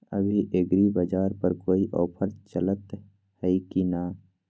अभी एग्रीबाजार पर कोई ऑफर चलतई हई की न?